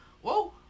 Whoa